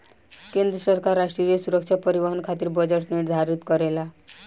केंद्र सरकार राष्ट्रीय सुरक्षा परिवहन खातिर बजट निर्धारित करेला